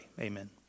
Amen